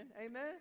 Amen